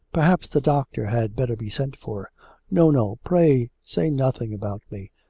perhaps the doctor had better be sent for no, no pray say nothing about me.